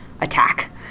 attack